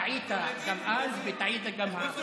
טעית גם אז, וטעית גם עכשיו.